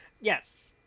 Yes